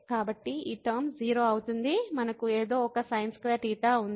కాబట్టి ఈ టర్మ 0 అవుతుంది మనకు ఏదో ఒక sin2θ ఉంది